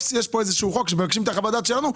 יש כאן איזשהו חוק שמבקשים את חוות הדעת שלכם,